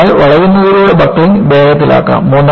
അതിനാൽ വളയുന്നതിലൂടെ ബക്ക്ലിംഗ് വേഗത്തിലാക്കാം